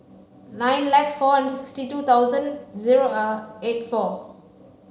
nine like four and sixty two thousand zero eight four